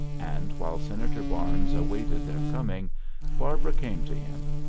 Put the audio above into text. and while senator barnes awaited their coming barbara came to him.